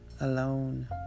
alone